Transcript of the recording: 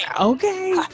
Okay